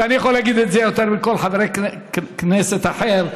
ואני יכול להגיד את זה יותר מכל חבר כנסת אחר,